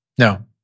No